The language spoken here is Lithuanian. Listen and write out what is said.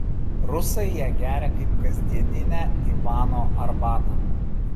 rusai ją geria kaip kasdieninę ivano arbatą